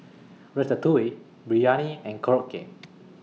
Ratatouille Biryani and Korokke